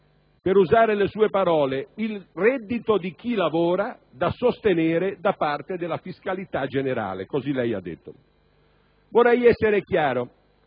per usare le sue parole, «il reddito di chi lavora», da sostenere da parte della «fiscalità generale»: così lei ha detto. Vorrei essere chiaro: